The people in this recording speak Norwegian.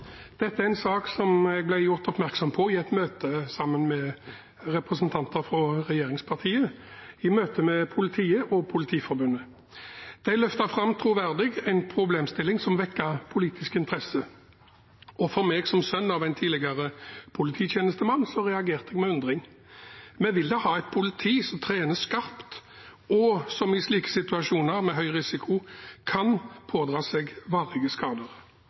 Dette er en sak jeg ble gjort oppmerksom på i et møte med politiet og Politiets Fellesforbund, sammen med også andre representanter for regjeringspartiene. De løftet troverdig fram en problemstilling som vekket politisk interesse. Jeg, som er sønn av en tidligere polititjenestemann, reagerte med undring. Vi vil da ha et politi som trener skarpt – og som i slike situasjoner med høy risiko kan pådra seg varige skader.